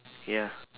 ya